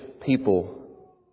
people